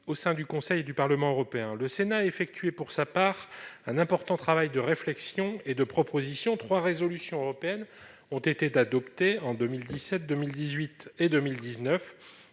au sein du Conseil et du Parlement européens. Le Sénat a effectué pour sa part un important travail de réflexion et de proposition. Ainsi, trois propositions de résolution européenne ont été adoptées en 2017, 2018 et 2019,